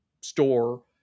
store